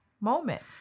moment